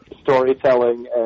storytelling